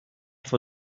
for